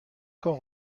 camp